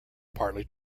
partly